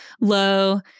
low